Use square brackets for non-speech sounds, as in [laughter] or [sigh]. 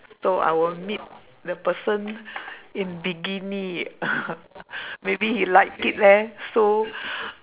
so I will meet the person in bikini [laughs] maybe he like it leh so